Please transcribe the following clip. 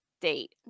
date